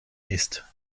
ist